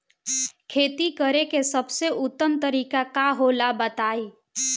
खेती करे के सबसे उत्तम तरीका का होला बताई?